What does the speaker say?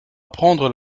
apprendre